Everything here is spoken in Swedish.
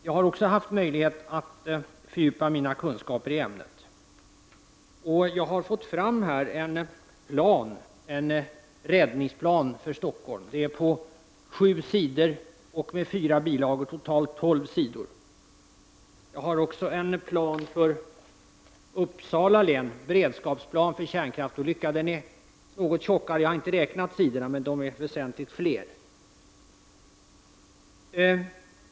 Jag har också haft möjlighet att fördjupa mina kunskaper i ämnet. Jag har fått fram en räddningsplan för Stockholm. Den är på sju sidor med fyra bilagor, dvs. totalt tolv sidor. Jag har också här en plan för Uppsala län som är en beredskapsplan vid en kärnkraftsolycka. Den är något tjockare. Jag har inte räknat sidorna, men de är väsentligt fler.